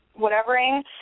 whatevering